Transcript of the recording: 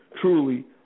truly